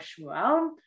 Shmuel